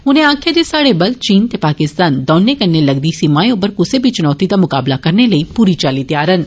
उनें आक्खेआ जे साहड़े बल चीन ते पाकिस्तान दौनें कन्नै लगदी सीमाएं उप्पर कुसै बी चुनौती दा मुकाबला करने लेई पूरी चाल्ली तैयार न